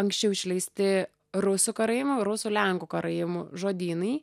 anksčiau išleisti rusų karaimų rusų lenkų karaimų žodynai